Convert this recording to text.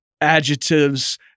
adjectives